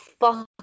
fuck